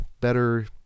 better